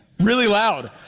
really loud.